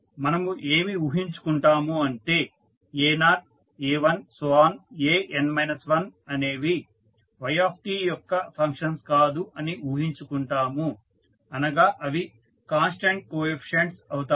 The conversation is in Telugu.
మనము ఏమి ఊహించుకుంటాము అంటే a0 a1 an 1అనేవి y యొక్క ఫంక్షన్స్ కాదు అని ఊహించుకుంటాము అనగా అవి కాన్స్టాంట్ కోఎఫీసియంట్ అవుతాయి